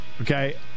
okay